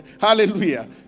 Hallelujah